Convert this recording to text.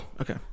Okay